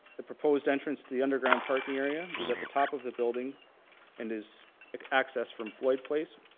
the proposed entrance to the underground parking area is at the top of the building and is accessed from floyd place.